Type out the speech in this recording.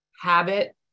habit